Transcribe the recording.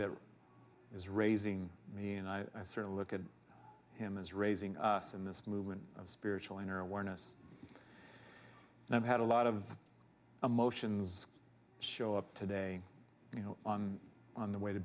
that is raising me and i sort of look at him as raising us in this movement of spiritual inner awareness and i've had a lot of emotions show up today you know on the way to